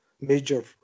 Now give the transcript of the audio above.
major